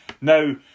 Now